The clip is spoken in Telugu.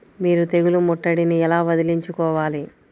మీరు తెగులు ముట్టడిని ఎలా వదిలించుకోవాలి?